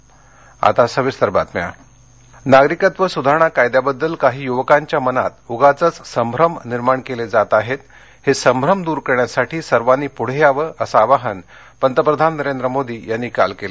पंतप्रधान मोदी नागरिकत्व सुधारणा कायद्याबद्दल काही युवकांच्या मनात उगाचच संभ्रम निर्माण केले जात आहेत हे संभ्रम दूर करण्यासाठी सर्वांनी पुढे यावं असं आवाहन पंतप्रधान नरेंद्र मोदी यांनी काल केलं